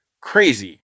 crazy